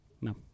No